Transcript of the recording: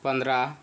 पंधरा